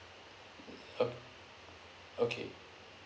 o~ okay